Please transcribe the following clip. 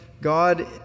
God